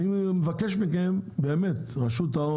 אני מבקש מרשות ההון,